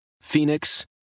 Phoenix